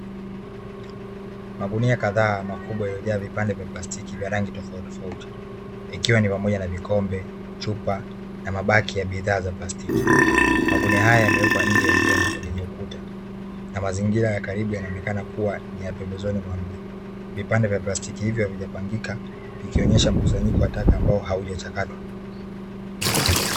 Magunia kadhaa makubwa yaliyojaa vipande vya plastiki vya rangi tofautitofauti, ikiwa ni pamoja na vikombe, chupa na mabaki ya bidhaa za plastiki. Magunia haya yamewekwa nje ya jengo lenye ukuta, na mazingira ya karibu yanaonekana kuwa ni ya pembezoni mwa mji, vipande vya plastiki hivyo havija pangika, vikionyesha mkusanyiko wa taka ambao haujachakatwa.